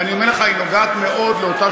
ואני אומר לך: היא נוגעת מאוד לאותה